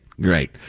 Great